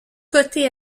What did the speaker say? coté